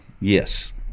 Yes